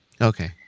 Okay